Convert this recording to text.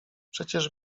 przecież